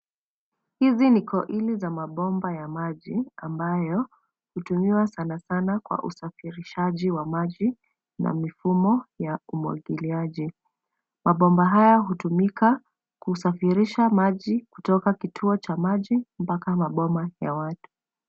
Hizi ni koili za mabomba ya maji ambayo hutumiwa sanasana kwa usafirishaji wa maji na mifumo ya umwagiliaji. Mabomba haya hutumika kusafirisha maji kutoka kituo cha maji mbaka maboma ya watu.